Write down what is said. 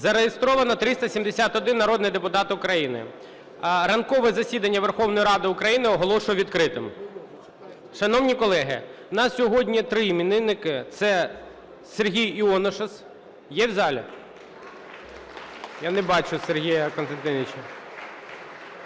Зареєстровано 371 народний депутат України. Ранкове засідання Верховної Ради України оголошую відкритим. Шановні колеги, у нас сьогодні три іменинники. Це Сергій Іонушас. Є в залі? Я не бачу Сергія Костянтиновича.